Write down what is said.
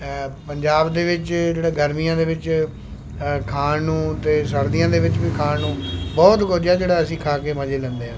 ਪੰਜਾਬ ਦੇ ਵਿੱਚ ਜਿਹੜਾ ਗਰਮੀਆਂ ਦੇ ਵਿੱਚ ਖਾਣ ਨੂੰ ਅਤੇ ਸਰਦੀਆਂ ਦੇ ਵਿੱਚ ਵੀ ਖਾਣ ਨੂੰ ਬਹੁਤ ਵਧੀਆ ਜਿਹੜਾ ਅਸੀਂ ਖਾ ਕੇ ਮਜ਼ੇ ਲੈਂਦੇ ਹਾਂ